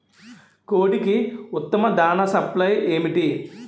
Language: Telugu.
కోడికి ఉత్తమ దాణ సప్లై ఏమిటి?